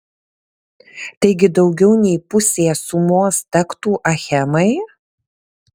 taigi daugiau nei pusė sumos tektų achemai